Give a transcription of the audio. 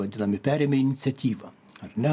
vadinami perėmė iniciatyvą ar ne